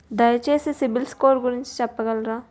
దయచేసి CIBIL score గురించి చెప్పగలరా?